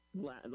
last